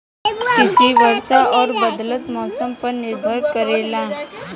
कृषि वर्षा और बदलत मौसम पर निर्भर करेला